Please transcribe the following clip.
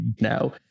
now